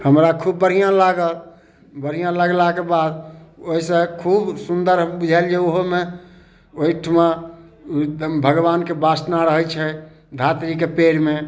हमरा खूब बढ़िआँ लागल बढ़िआँ लगलाके बाद ओइसँ खूब सुन्दर बुझायल जे ओहूमे ओहिठुमा एकदम भगवानके बासना रहय छनि धातृके पेड़मे